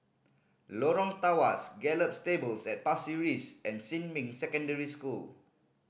Lorong Tawas Gallop Stables at Pasir Ris and Xinmin Secondary School